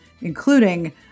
including